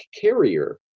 carrier